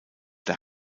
der